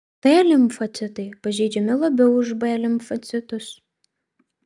t limfocitai pažeidžiami labiau už b limfocitus